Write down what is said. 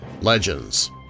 legends